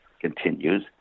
continues